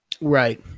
right